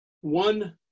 One